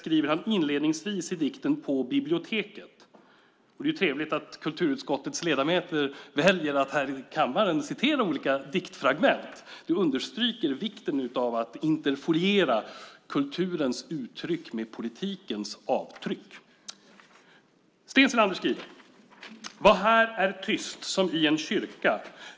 Det understryker vikten av att interfoliera kulturens uttryck med politikens avtryck. Jag har i andra sammanhang påmint om den finstämde poeten Sten Selander. I samlingen En dag från 1931 skriver han inledningsvis i dikten På biblioteket : Vad här är tyst - som i en kyrka.